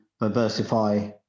diversify